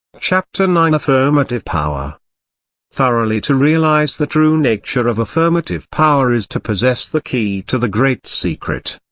chapter nine affirmative power thoroughly to realise the true nature of affirmative power is to possess the key to the great secret.